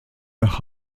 nach